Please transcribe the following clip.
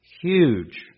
huge